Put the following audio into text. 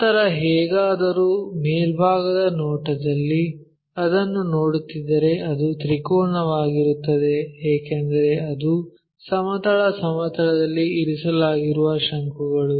ನಂತರ ಹೇಗಾದರೂ ಮೇಲ್ಭಾಗದ ನೋಟದಲ್ಲಿ ಅದನ್ನು ನೋಡುತ್ತಿದ್ದರೆ ಅದು ತ್ರಿಕೋನವಾಗಿರುತ್ತದೆ ಏಕೆಂದರೆ ಅದು ಸಮತಲ ಸಮತಲದಲ್ಲಿ ಇರಿಸಲಾಗಿರುವ ಶಂಕುಗಳು